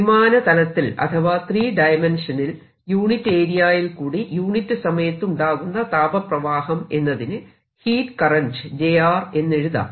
ത്രിമാന തലത്തിൽ അഥവാ 3 ഡയമെൻഷനിൽ യൂണിറ്റ് ഏരിയയിൽ കൂടി യൂണിറ്റ് സമയത്ത് ഉണ്ടാകുന്ന താപപ്രവാഹം എന്നതിന് ഹീറ്റ് കറന്റ് j എന്നെഴുതാം